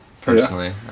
personally